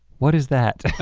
what is that?